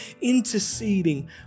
interceding